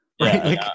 right